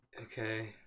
Okay